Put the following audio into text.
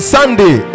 Sunday